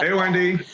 ah yeah wendy.